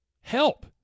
Help